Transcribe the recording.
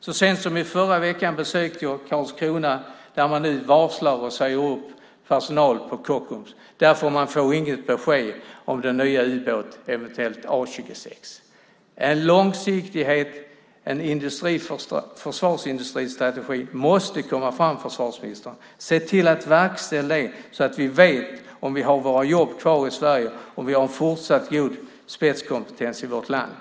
Så sent som i förra veckan besökte jag Karlskrona där man nu varslar och säger upp personal på Kockums eftersom man inte får något besked om den nya eventuella ubåten A 26. En långsiktighet och en försvarsindustristrategi måste komma fram, försvarsministern. Se till att verkställa det, så att vi vet om vi har våra jobb kvar i Sverige och en fortsatt god spetskompetens i vårt land!